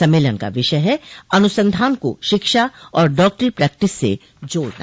सम्मेलन का विषय है अनुसंधान को शिक्षा और डॉक्टरी प्रेक्टिस से जोड़ना